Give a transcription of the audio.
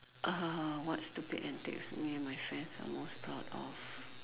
what stupid antics me and my friends are most proud of